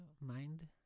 mind